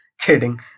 kidding